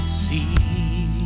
see